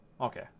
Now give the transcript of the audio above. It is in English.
okay